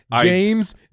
James